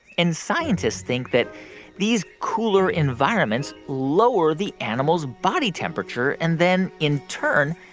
and scientists think that these cooler environments lower the animal's body temperature. and then in turn,